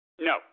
No